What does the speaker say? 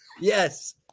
Yes